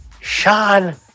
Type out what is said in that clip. Sean